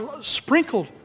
sprinkled